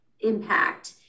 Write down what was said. impact